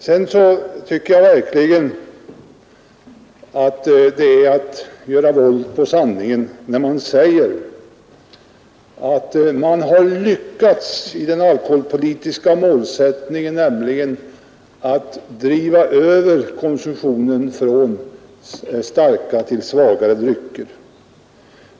Sedan tycker jag att det är att göra våld på sanningen att säga att vi lyckats med den alkoholpolitiska målsättningen: att driva över konsumtionen från starka till svagare drycker.